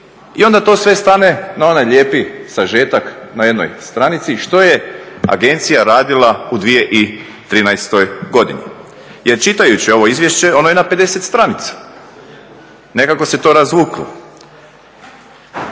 i onda to sve stane na onaj lijepi sažetak na jednoj stranici što je agencija radila u 2013. godini. Jer čitajući ovo izvješće, ono je na 50 stranica. Nekako se to razvuklo.